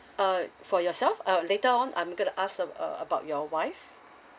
uh for yourself uh later on I'm going to ask ab~ uh about your wife